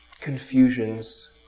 confusions